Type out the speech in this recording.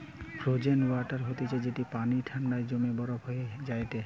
frozen water হতিছে যেটি পানি ঠান্ডায় জমে বরফ হয়ে যায়টে